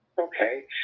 Okay